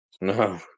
No